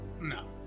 no